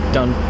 done